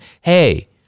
hey